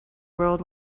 world